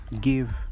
give